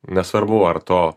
nesvarbu ar to